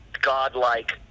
godlike